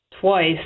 twice